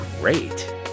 great